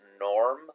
norm